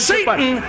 Satan